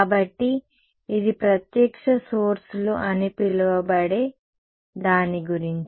కాబట్టి ఇది ప్రత్యక్ష సోర్స్ లు అని పిలవబడే దాని గురించి